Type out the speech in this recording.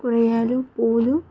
కూరగాయలు పూలు